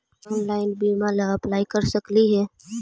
Online बीमा ला apply कर सकली हे?